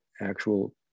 actual